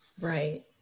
right